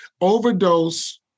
overdose